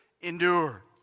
endure